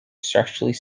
structurally